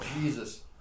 Jesus